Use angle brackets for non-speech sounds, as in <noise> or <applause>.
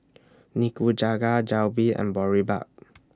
Nikujaga Jalebi and Boribap <noise>